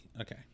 Okay